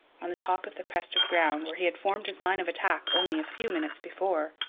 on the top of the crest of ground, where he had formed his line of attack only a few minutes before,